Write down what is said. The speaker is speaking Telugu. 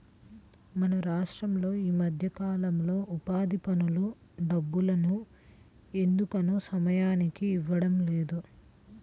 మన రాష్టంలో ఈ మధ్యకాలంలో ఉపాధి పనుల డబ్బుల్ని ఎందుకనో సమయానికి ఇవ్వడం లేదు